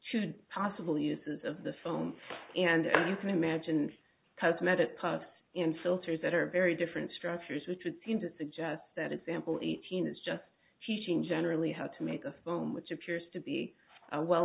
the possible uses of the foam and you can imagine cosmetic puffs and filters that are very different structures which would seem to suggest that example eighteen is just teaching generally how to make the foam which appears to be a well